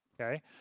Okay